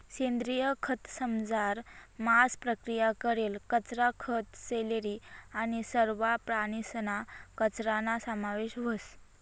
सेंद्रिय खतंसमझार मांस प्रक्रिया करेल कचरा, खतं, स्लरी आणि सरवा प्राणीसना कचराना समावेश व्हस